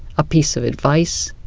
a piece of advice,